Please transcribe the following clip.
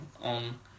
on